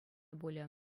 пулӗ